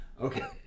Okay